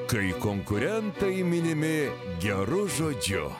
kai konkurentai minimi geru žodžiu